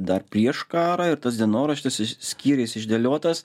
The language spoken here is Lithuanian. dar prieš karą ir tas dienoraštis iš skyriais išdėliotas